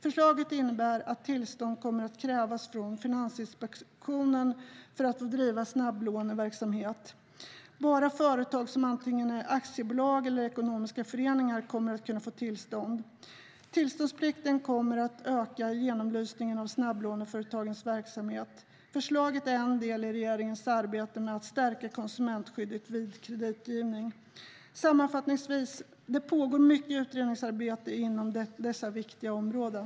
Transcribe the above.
Förslaget innebär att tillstånd kommer att krävas från Finansinspektionen för att få driva snabblåneverksamhet. Bara företag som antingen är aktiebolag eller ekonomiska föreningar kommer att kunna få tillstånd. Tillståndsplikten kommer att öka genomlysningen av snabblåneföretagens verksamhet. Förslaget är en del i regeringens arbete för att stärka konsumentskyddet vid kreditgivning. Sammanfattningsvis: Det pågår mycket utredningsarbete inom dessa viktiga områden.